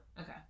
okay